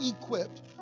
equipped